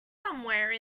somewhere